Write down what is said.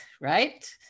right